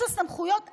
יש לו סמכויות אדירות,